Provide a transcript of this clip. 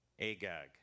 Agag